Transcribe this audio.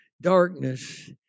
Darkness